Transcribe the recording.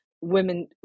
women